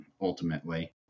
ultimately